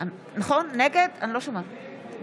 נעמה לזימי,